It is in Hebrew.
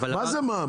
מה זה מע"מ?